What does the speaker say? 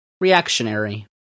reactionary